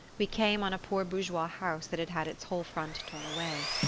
we came on a poor bourgeois house that had had its whole front torn away.